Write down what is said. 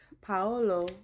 Paolo